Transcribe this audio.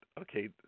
Okay